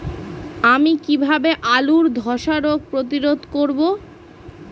আমি কিভাবে আলুর ধ্বসা রোগ প্রতিরোধ করব?